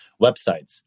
websites